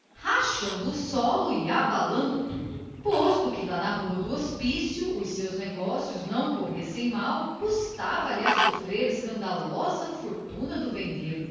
rachando o solo e abalando tudo posto que lá na rua do hospício os seus negócios não corressem mal custava-lhe a sofrer a escandalosa fortuna do vendeiro